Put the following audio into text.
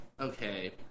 Okay